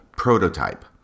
Prototype